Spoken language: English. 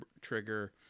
trigger